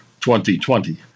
2020